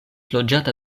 loĝata